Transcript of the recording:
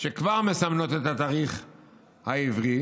שכבר מסמנות את התאריך העברי,